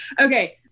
Okay